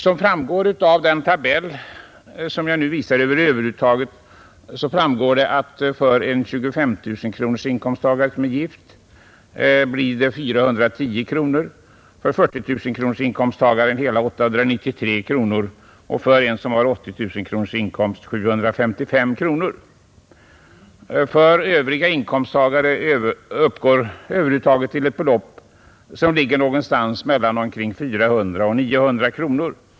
Som framgår av den tabell, som jag nu visar på TV-skärmen, över överuttaget blir det för en 25 000-kronorsinkomsttagare som är gift 410 kronor, för en 40 000-kronorsinkomsttagare hela 893 kronor och för en som har 80 000 kronors inkomst 755 kronor. För övriga inkomsttagare uppgår öÖveruttaget till ett belopp som ligger någonstans mellan 400 och 900 kronor.